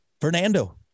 Fernando